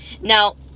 Now